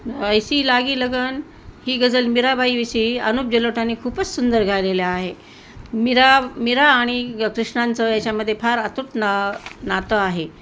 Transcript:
ऐसी लागी लगन ही गझल मीराबाईविषयी अनुप जलोटानी खूपच सुंदर गायलेली आहे मीरा मीरा आणि ग कृष्णांचं याच्यामध्ये फार अतूट ना नातं आहे